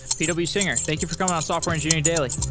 p w. singer. thank you for coming on software engineering daily.